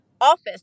office